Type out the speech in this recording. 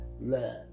love